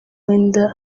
mwenda